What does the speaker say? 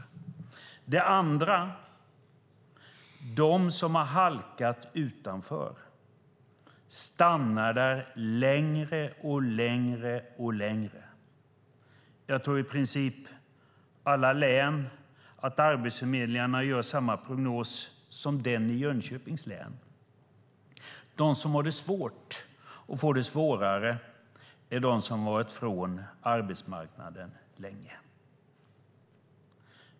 Å andra sidan stannar de som har halkat utanför allt längre och längre utanför arbetsmarknaden. Jag tror att arbetsförmedlingarna i alla län i princip gör samma prognos som den i Jönköpings län. De som har det svårt och får det svårare är de som har varit borta från arbetsmarknaden länge.